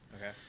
Okay